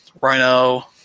Rhino